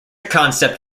concept